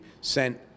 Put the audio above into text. sent